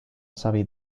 savi